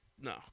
No